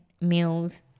meals